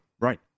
Right